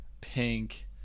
pink